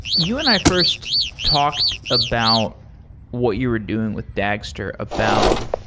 you and i first talked about what you were doing with dagster about,